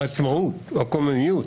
העצמאות או הקוממיות,